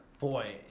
Boy